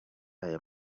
aya